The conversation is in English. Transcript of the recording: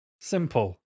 Simple